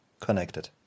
connected